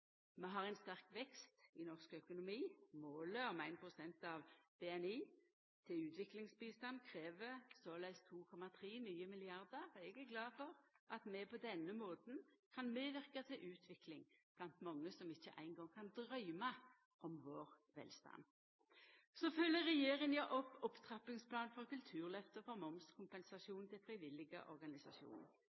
Vi har ein sterk vekst i norsk økonomi. Målet om 1 pst. av BNI til utviklingsbistand krev såleis nye 2,3 mrd. kr. Eg er glad for at vi på denne måten kan medverka til utvikling blant mange som ikkje eingong kan drøyma om vår velstand. Regjeringa fylgjer opp opptrappingsplanen for Kulturløftet og for momskompensasjonen til